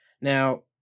Now